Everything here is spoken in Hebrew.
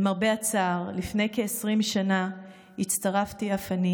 למרבה הצער, לפני כ-20 שנה הצטרפתי אף אני